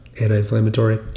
anti-inflammatory